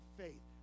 faith